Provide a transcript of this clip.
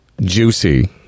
juicy